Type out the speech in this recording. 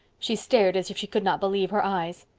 she stared as if she could not believe her eyes.